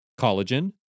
Collagen